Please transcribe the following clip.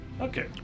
Okay